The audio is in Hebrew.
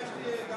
לי גם